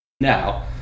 Now